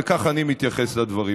וכך אני מתייחס לדברים.